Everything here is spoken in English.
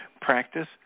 Practice